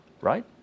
Right